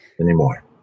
anymore